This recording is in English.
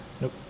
Nope